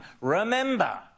Remember